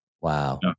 Wow